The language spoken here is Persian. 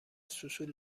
سوسول